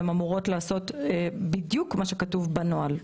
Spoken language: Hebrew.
והן אמורות לעשות בדיוק מה שכתוב בנוהל.